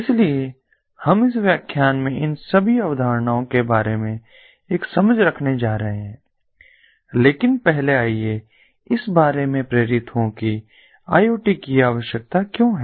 इसलिए हम इस व्याख्यान में इन सभी अवधारणाओं के बारे में एक समझ रखने जा रहे हैं लेकिन पहले आइए इस बारे में प्रेरित हों कि आई ओ टी की आवश्यकता क्यों है